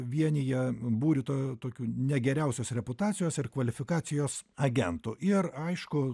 vienija būrį to tokių ne geriausios reputacijos ir kvalifikacijos agentų ir aišku